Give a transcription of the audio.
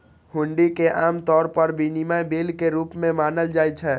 हुंडी कें आम तौर पर विनिमय बिल के रूप मे मानल जाइ छै